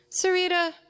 Sarita